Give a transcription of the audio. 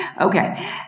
Okay